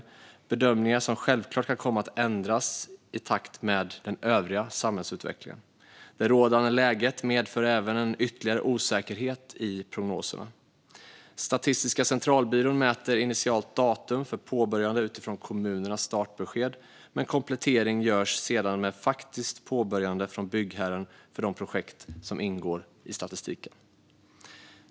Dessa bedömningar kan självklart komma att ändras i takt med den övriga samhällsutvecklingen. Det rådande läget medför även en ytterligare osäkerhet i prognoserna. Statistiska centralbyrån mäter initialt datum för påbörjande utifrån kommunernas startbesked. Komplettering görs sedan med faktiskt påbörjande från byggherren för de projekt som ingår i statistiken.